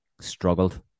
struggled